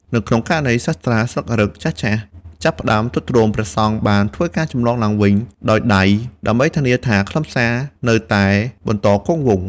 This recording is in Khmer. នៅក្នុងករណីសាត្រាស្លឹករឹតចាស់ៗចាប់ផ្តើមទ្រុឌទ្រោម ព្រះសង្ឃបានធ្វើការចម្លងឡើងវិញដោយដៃ ដើម្បីធានាថាខ្លឹមសារនៅតែបន្តគង់វង្ស។